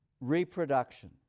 reproduction